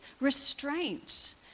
restraint